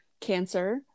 cancer